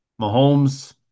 Mahomes